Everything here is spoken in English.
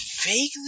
vaguely